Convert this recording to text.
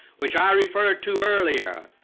which i referred to earlier.